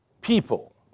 people